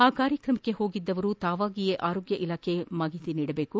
ಆ ಕಾರ್ಯಕ್ರಮಕ್ಕೆ ಹೋಗಿದ್ದವರು ತಾವಾಗಿಯೇ ಆರೋಗ್ಯ ಇಲಾಖೆಗೆ ಮಾಹಿತಿ ನೀಡಬೇಕು